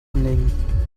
anlegen